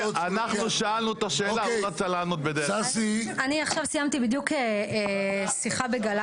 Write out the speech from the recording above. אני עכשיו סיימתי בדיוק שיחה בגלי